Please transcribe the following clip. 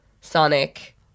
Sonic